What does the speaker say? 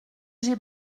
j’ai